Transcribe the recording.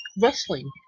wrestling